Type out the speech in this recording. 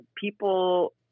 people